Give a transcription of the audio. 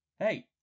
Hey